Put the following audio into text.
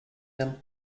them